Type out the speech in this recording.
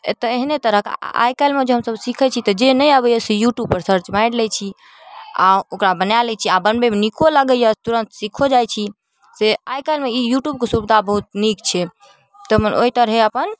एतऽ एहने तरहके आइकाल्हिमे जे हमसभ सिखै छी तऽ जे नहि आबैए से यूट्यूबपर सर्च मारि लै छी आओर ओकरा बना लै छी आओर बनबैमे नीको लगैए तुरन्त सिखिओ जाइ छी से आइकाल्हिमे ई यूट्यूबके सुविधा बहुत नीक छिए तऽ ओहि तरहेँ अपन